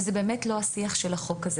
וזה לא השיח של החוק הזה,